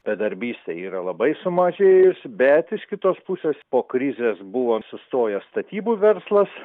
bedarbystė yra labai sumažėjusi bet iš kitos pusės po krizės buvo sustoję statybų verslas